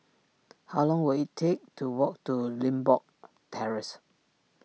how long will it take to walk to Limbok Terrace